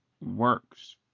works